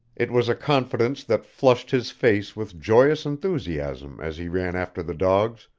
it was a confidence that flushed his face with joyous enthusiasm as he ran after the dogs,